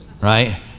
right